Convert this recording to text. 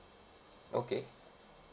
okay